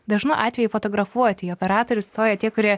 dažnu atveju fotografuoti į operatorius stoja tie kurie